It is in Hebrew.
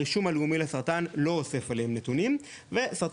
הרישום הלאומי לסרטן לא אוסף עליהם נתונים וסרטן